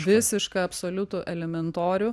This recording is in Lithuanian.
visišką absoliutų elementorių